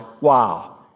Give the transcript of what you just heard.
Wow